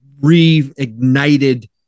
reignited